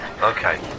Okay